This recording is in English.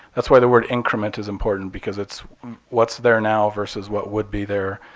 that's why the word increment is important because it's what's there now versus what would be there,